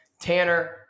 Tanner